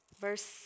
verse